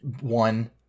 one